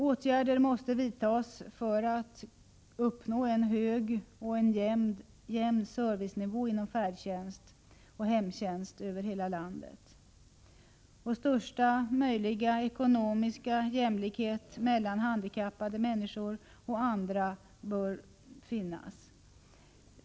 Åtgärder måste vidtas för att uppnå en hög och jämn servicenivå inom färdtjänst och hemtjänst i hela landet. Största möjliga ekonomiska jämlikhet bör råda mellan handikappade och andra.